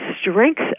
strength